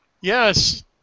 Yes